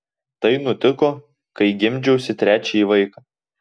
tai nutiko kai gimdžiausi trečiąjį vaiką